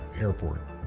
airport